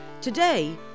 Today